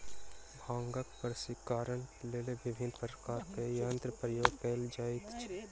भांगक प्रसंस्करणक लेल विभिन्न प्रकारक यंत्रक प्रयोग कयल जाइत छै